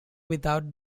without